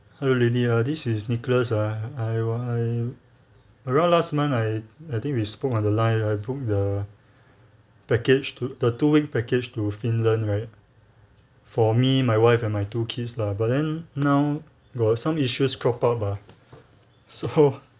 hello lily ah this is nicholas ah I I around last month I I think we spoke on the line I booked the package to the two week package to finland right for me my wife and my two kids lah but then now got some issues crop up ah so